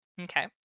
Okay